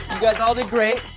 guys all did great,